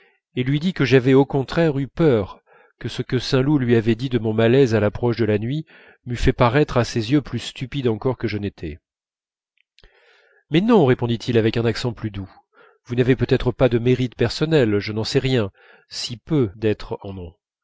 et lui dis que j'avais au contraire eu peur que ce que saint loup lui avait dit de mon malaise à l'approche de la nuit m'eût fait paraître à ses yeux plus stupide encore que je n'étais mais non répondit-il avec un accent plus doux vous n'avez peut-être pas de mérite personnel si peu d'êtres en ont